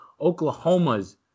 Oklahoma's